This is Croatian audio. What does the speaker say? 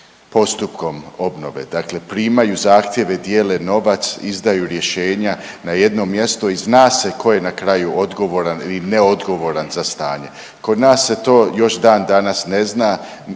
postupkom obnove. Dakle, primaju zahtjeve, dijele novac, izdaju rješenja na jedno mjesto i zna se tko je na kraju odgovoran i neodgovoran za stanje. Kod nas se to još dan danas ne zna.